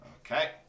Okay